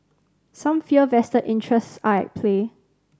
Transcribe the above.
some fear vested interests are at play